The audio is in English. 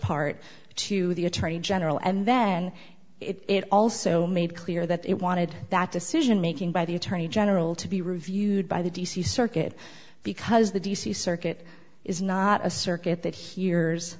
part to the attorney general and then it also made clear that it wanted that decision making by the attorney general to be reviewed by the d c circuit because the d c circuit is not a circuit that hears